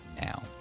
now